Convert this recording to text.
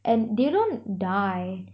and they don't die